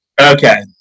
Okay